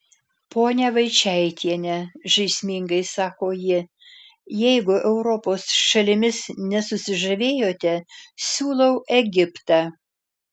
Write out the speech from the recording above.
ponia vaičaitiene žaismingai sako ji jeigu europos šalimis nesusižavėjote siūlau egiptą